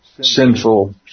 sinful